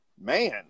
man